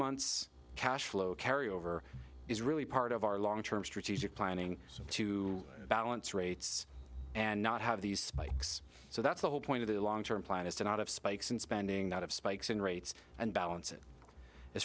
months cash flow carry over is really part of our long term strategic planning to balance rates and not have these spikes so that's the whole point of the long term plan is to not have spikes in spending that have spikes in rates and balance